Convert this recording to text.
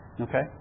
Okay